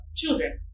children